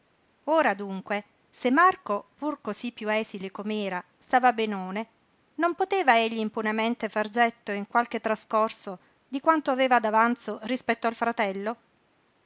ora dunque se marco pur cosí piú esile com'era stava benone non poteva egli impunemente far getto in qualche trascorso di quanto aveva d'avanzo rispetto al fratello